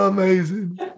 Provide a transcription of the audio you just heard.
amazing